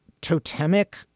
totemic